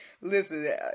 Listen